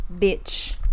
bitch